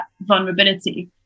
vulnerability